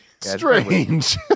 Strange